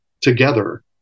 together